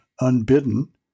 unbidden